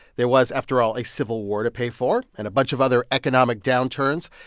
there was, after all, a civil war to pay for and a bunch of other economic downturns.